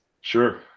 Sure